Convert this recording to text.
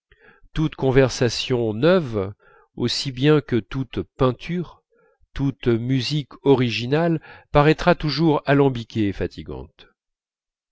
toute conversation neuve aussi bien que toute peinture toute musique originale paraîtra toujours alambiquée et fatigante